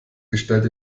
gestalt